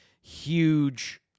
huge